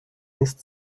نیست